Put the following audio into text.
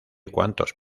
cuantos